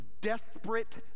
desperate